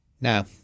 Now